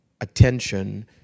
attention